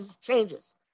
changes